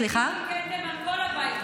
הם מטילים כתם על כל הבית.